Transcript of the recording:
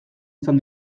izan